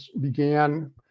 began